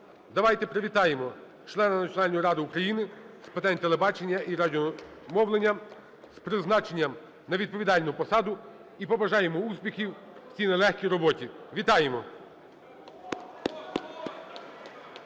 Давайте привітаємо члена Національної ради України з питань телебачення і радіомовлення з призначенням на відповідальну посаду і побажаємо успіхів в цій нелегкій роботі. Вітаємо!